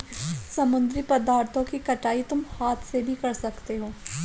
समुद्री पदार्थों की कटाई तुम हाथ से भी कर सकते हो